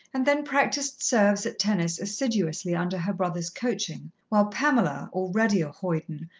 and then practised serves at tennis assiduously under her brother's coaching, while pamela, already a hoyden,